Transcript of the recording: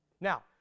Now